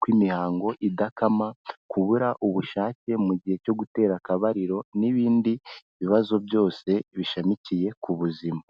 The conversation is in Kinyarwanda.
kw'imihango idakama, kubura ubushake mu gihe cyo gutera akabariro n'ibindi bibazo byose bishamikiye ku buzima.